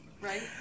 right